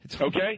Okay